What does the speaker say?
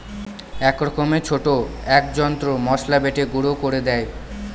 এক রকমের ছোট এক যন্ত্র মসলা বেটে গুঁড়ো করে দেয়